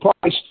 Price